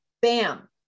bam